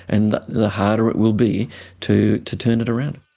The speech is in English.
and the the harder it will be to to turn it around.